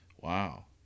Wow